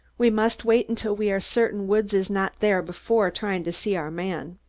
we must wait until we are certain woods is not there before trying to see our man.